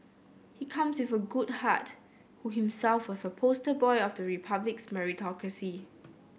he comes with a good heart who himself was a poster boy of the Republic's meritocracy